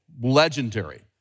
legendary